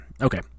Okay